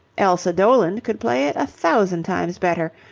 elsa doland could play it a thousand times better.